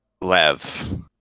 Lev